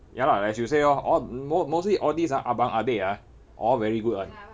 ya lah as you say orh all mo~ mostly all this ah abang adik ah all very good [one]